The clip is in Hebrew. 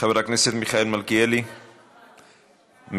חבר הכנסת מיכאל מלכיאלי, מוותר.